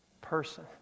person